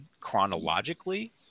chronologically